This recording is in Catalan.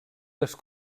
les